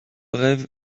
rêve